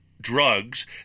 drugs